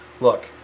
Look